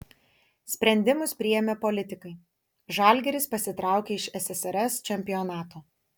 sprendimus priėmė politikai žalgiris pasitraukė iš ssrs čempionato